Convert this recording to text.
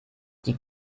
die